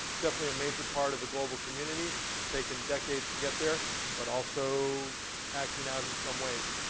definitely a major part of the global community, it's taken decades to get there, but also acting out in some ways.